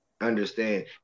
understand